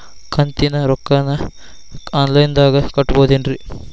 ಕಂತಿನ ರೊಕ್ಕನ ಆನ್ಲೈನ್ ದಾಗ ಕಟ್ಟಬಹುದೇನ್ರಿ?